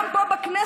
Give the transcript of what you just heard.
גם פה בכנסת,